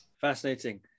Fascinating